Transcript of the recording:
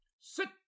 Sit